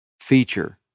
feature